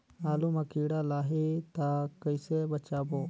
आलू मां कीड़ा लाही ता कइसे बचाबो?